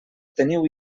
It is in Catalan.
teniu